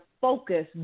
focus